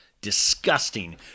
Disgusting